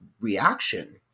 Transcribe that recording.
reaction